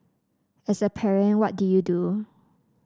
as a parent what do you do